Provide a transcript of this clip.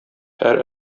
һәр